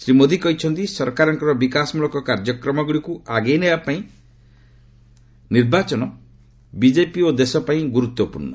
ଶ୍ରୀ ମୋଦି କହିଛନ୍ତି ସରକାରଙ୍କର ବିକାଶମୂଳକ କାର୍ଯ୍ୟକ୍ରମଗୁଡିକୁ ଆଗେଇ ନେବା ପାଇଁ ନିର୍ବାଚନ ବିଜେପି ଓ ଦେଶ ପାଇଁ ଗୁରୁତ୍ୱପୂର୍ଣ୍ଣ